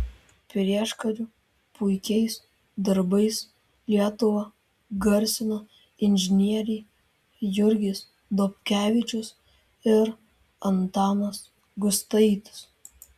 prieškariu puikiais darbais lietuvą garsino inžinieriai jurgis dobkevičius ir antanas gustaitis